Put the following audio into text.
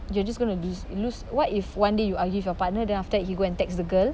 you are just going to lose lose what if one day you argue with your partner then after that he go and text the girl